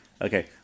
Okay